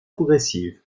progressive